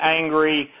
angry